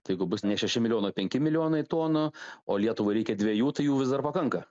tai jeigu bus ne šeši milijonai o penki milijonai tonų o lietuvai reikia dvejų tai jų vis dar pakanka